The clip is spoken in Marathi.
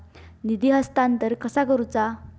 निधी हस्तांतरण कसा करुचा?